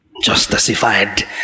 Justified